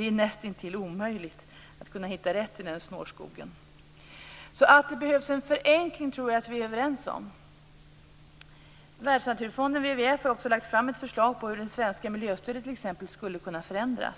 Det är nästintill omöjligt att hitta rätt i den snårskogen. Jag tror alltså att vi är överens om att det behövs en förenkling. Världsnaturfonden, WWF, har lagt fram ett förslag om hur det svenska miljöstödet skulle kunna förändras.